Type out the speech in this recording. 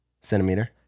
Centimeter